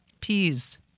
Peas